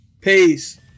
peace